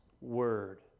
word